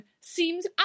seems